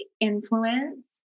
influence